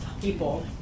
people